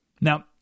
Now